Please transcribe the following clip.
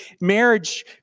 marriage